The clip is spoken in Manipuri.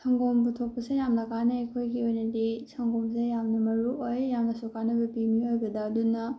ꯁꯪꯒꯣꯝ ꯄꯨꯊꯣꯛꯄꯁꯦ ꯌꯥꯝꯅ ꯀꯥꯟꯅꯩ ꯑꯩꯈꯣꯏꯒꯤ ꯑꯣꯏꯅꯗꯤ ꯁꯪꯒꯣꯝꯁꯦ ꯌꯥꯝꯅ ꯃꯔꯨ ꯑꯣꯏ ꯌꯥꯝꯅꯁꯨ ꯀꯥꯟꯅꯕ ꯄꯤ ꯃꯤꯑꯣꯏꯕꯗ ꯑꯗꯨꯅ